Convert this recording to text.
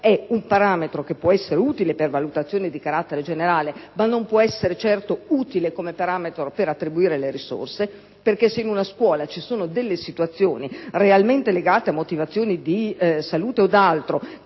è un parametro che può essere utile per valutazioni di carattere generale, ma non può essere valido per attribuire le risorse, perché se in una scuola ci sono delle assenze realmente legate a motivazioni di salute o ad altro